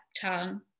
tongue